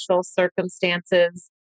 circumstances